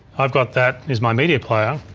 i've got that as my media player.